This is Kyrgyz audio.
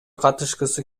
катышкысы